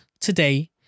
today